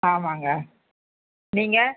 ஆமாங்க நீங்கள்